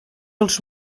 els